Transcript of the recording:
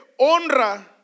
honra